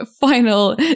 final